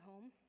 home